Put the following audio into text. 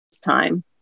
time